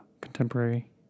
contemporary